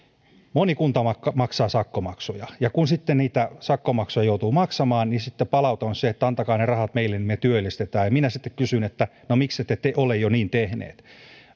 moni kunta maksaa sakkomaksuja ja kun sitten niitä sakkomaksuja joutuu maksamaan niin palaute on se että antakaa ne rahat meille niin me työllistämme minä sitten kysyn no miksette te ole jo niin tehneet